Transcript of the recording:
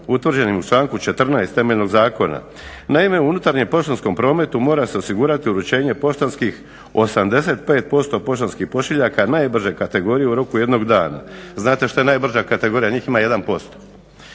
utvrđenim u članku 14. temeljnog zakona. Naime u unutarnjem poštanskom prometu mora se osigurati uručenje poštanskih 85% poštanskih pošiljaka najbrže kategorije u roku 1 dana. Znate šta je najbrža kategorija? Njih ima 1%.